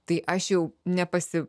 tai aš jau nepasi